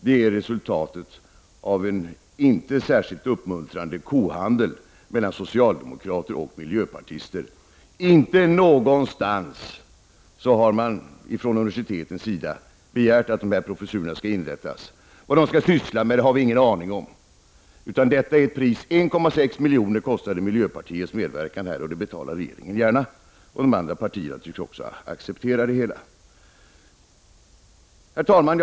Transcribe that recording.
Den är resultatet av en inte särskilt uppmuntrande kohandel mellan socialdemokrater och miljöpartister. Inte någonstans från universitetens sida har det begärts att en sådan professur skall inrättas. Vad dessa professurer skall syssla med har vi ingen aning om. 1,6 milj.kr. kostar miljöpartiets medverkan här, och det betalar regeringen gärna. De andra partierna tycks också acceptera det hela. Herr talman!